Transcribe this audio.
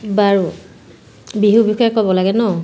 বাৰু বিহু বিষয়ে ক'ব লাগে ন